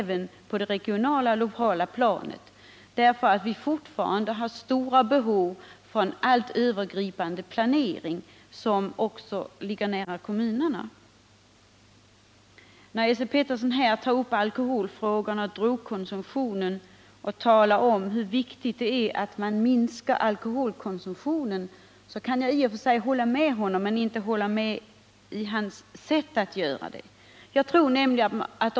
Vi har fortfarande stora behov av en allt övergripande planering som också ligger nära kommunerna. Esse Petersson talade om hur viktigt det är att man minskar alkoholkonsumtionen. Jag kan i och för sig hålla med honom om det, men jag kan inte hålla med om att det sätt han föreslog var det rätta.